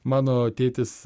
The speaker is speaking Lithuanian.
mano tėtis